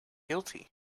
guilty